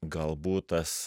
galbūt tas